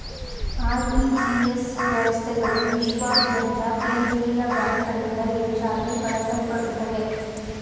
RTGS ವ್ಯವಸ್ಥೆಗಳು ವಿಶ್ವಾದ್ಯಂತ ಕೇಂದ್ರೀಯ ಬ್ಯಾಂಕ್ಗಳಿಂದ ಹೆಚ್ಚಾಗಿ ಬಳಸಲ್ಪಡುತ್ತವೆ